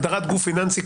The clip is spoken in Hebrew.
הגדרת גוף פיננסי,